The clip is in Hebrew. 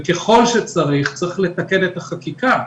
ככל שצריך, צריך לתקן את החקיקה.